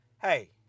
hey